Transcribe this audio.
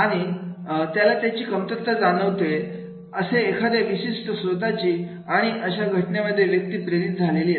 आणि जम्मू त्याला त्याची कमतरता जाणवते असे एखाद्या विशिष्ट स्त्रोतांची आणि म अशा घटनेमध्ये व्यक्ती प्रेरित झालेली असेल